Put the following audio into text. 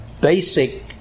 basic